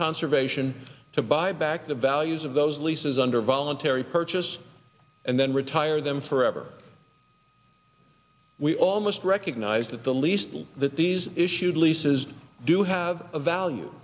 conservation to buy back the values of those leases under a voluntary purchase and then retire them forever we all must recognize that the least that these issued leases do have a value